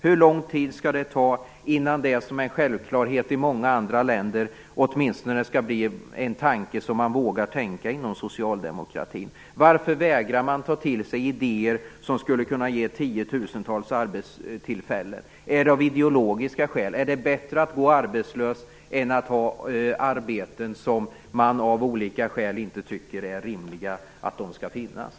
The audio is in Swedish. Hur lång tid skall det behöva ta innan det som är en självklarhet i många andra länder åtminstone blir något som man vågar tänka inom socialdemokratin? Varför vägrar man ta till sig idéer som skulle kunna ge tiotusentals arbetstillfällen? Gör man så av ideologiska skäl? Är det bättre att gå arbetslös än att ha arbeten som man av olika skäl tycker rimligen inte borde finnas?